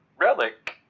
relic